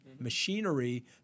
machinery